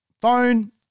phone